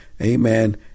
amen